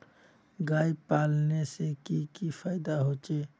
गाय पालने से की की फायदा होचे?